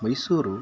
Mysuru